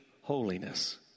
holiness